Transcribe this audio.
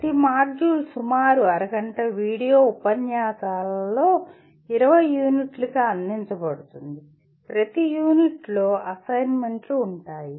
ప్రతి మాడ్యూల్ సుమారు అరగంట వీడియో ఉపన్యాసాలలో 20 యూనిట్లుగా అందించబడుతుంది మరియు ప్రతి యూనిట్లో అసైన్మెంట్లు ఉంటాయి